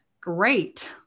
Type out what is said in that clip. Great